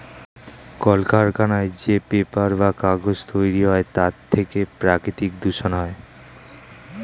কলকারখানায় যে পেপার বা কাগজ তৈরি হয় তার থেকে প্রাকৃতিক দূষণ হয়